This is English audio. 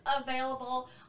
available